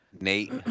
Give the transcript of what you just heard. Nate